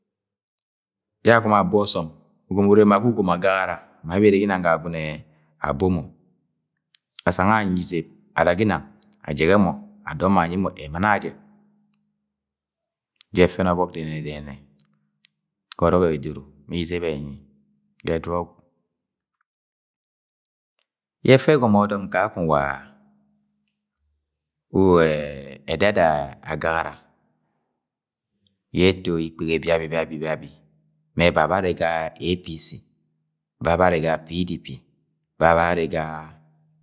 Yẹ agọmọ abo ọsọm ugọmọ urre ma ga ugom agagara ma abere ginang ga Agwagune abo mo, asang yẹ anyi izeb ma ada ginang ajege mọ adọm mọ anyimo emɨnẹ ajẹ jẹ ẹfẹni ọbọkdẹnẹ-dẹnẹnẹ ga ọrọk edodpro ma izeb ẹnyinyi ga edudu ọgwu. Ye efẹ egomọ ọdọm kakong wa ẹdada agagara yẹ eto ikpeve biabi, biabi biabi mẹ ẹba bẹ arre ga A. P. C ba bẹ arre ga P. D. P ba bẹ arre ga.